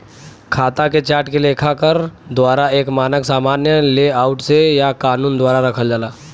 खाता के चार्ट के लेखाकार द्वारा एक मानक सामान्य लेआउट से या कानून द्वारा रखल जाला